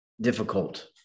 difficult